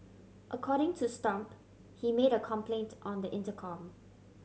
according to Stomp he made a complaint on the intercom